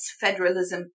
federalism